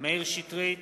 מאיר שטרית,